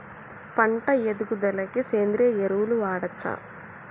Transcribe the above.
పంట ఎదుగుదలకి సేంద్రీయ ఎరువులు వాడచ్చా?